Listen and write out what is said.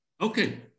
Okay